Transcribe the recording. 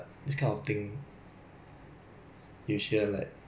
ya because now like social media is really a big place lah it's a